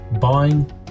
buying